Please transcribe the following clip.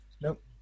Nope